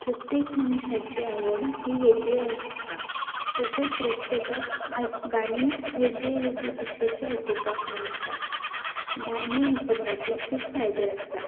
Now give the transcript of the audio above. प्रत्येक मनशाची आवड ही वेगळीं आसतां तशेंच प्रत्येकाक आयक गाणी वेगळें वेगळें भशेचें आयकुपाक आवडटा गाणीं आयकुपाचें खूब फायदें आसतां